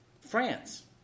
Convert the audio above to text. France